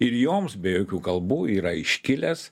ir joms be jokių kalbų yra iškilęs